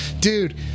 dude